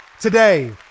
today